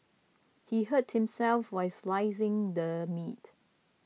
he hurt himself while slicing the meat